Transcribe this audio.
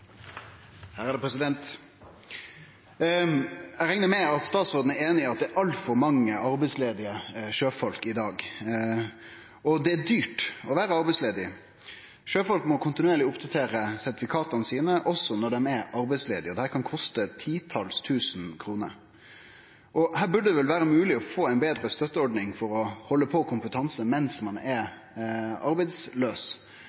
einig i at det er altfor mange arbeidslause sjøfolk i dag, og det er dyrt å vere arbeidslaus. Sjøfolk må kontinuerleg oppdatere sertifikata sine, også når dei er arbeidslause. Dette kan koste titals tusen kroner. Her burde det vere mogleg å få ei betre støtteordning for å halde på kompetansen mens ein